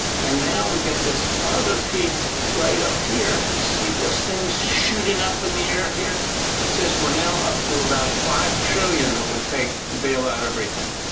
and now we get this other peak right up here, you see this thing shooting up in the air here? it says we're now up to about five trillion it would take to bail out everything.